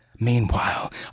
Meanwhile